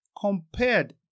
compared